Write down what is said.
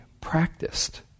practiced